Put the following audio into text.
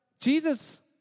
Jesus